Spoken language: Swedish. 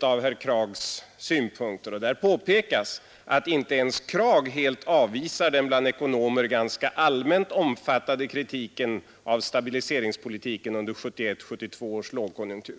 av herr Kraghs synpunkter. Där påpekas att inte ens Kragh helt avvisade den bland ekonomer ganska allmänt omfattade kritiken av stabiliseringspolitiken under 1971 och 1972 års lågkonjunktur.